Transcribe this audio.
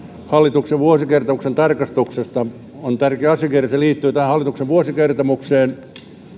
hallituksen vuosikertomuksen tarkastuksesta on tärkeä asiakirja se liittyy tähän hallituksen vuosikertomukseen